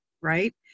right